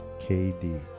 KD